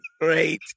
great